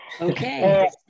okay